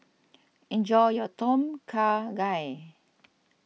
enjoy your Tom Kha Gai